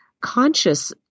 conscious